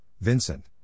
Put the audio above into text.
Vincent